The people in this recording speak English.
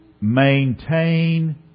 maintain